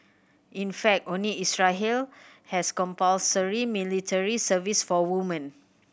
in fact only Israel has compulsory military service for women